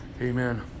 Amen